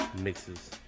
mixes